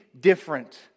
different